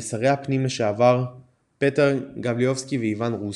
ושרי הפנים לשעבר פטר גברובסקי ואיוואן רוסב.